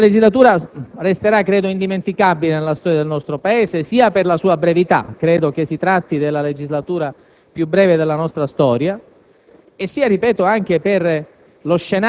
Questa legislatura resterà - credo - indimenticabile nella storia del nostro Paese, sia per la sua brevità - penso si tratti della legislatura più breve della storia